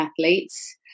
athletes